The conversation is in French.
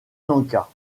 lanka